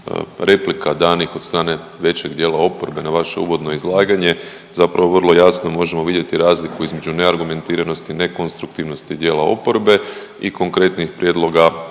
replika danih od strane većeg dijela oporbe na vaše uvodno izlaganje zapravo vrlo jasno možemo vidjeti razliku između neargumentiranosti i nekonstruktivnosti dijela oporbe i konkretnih prijedloga